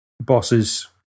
bosses